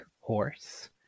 horse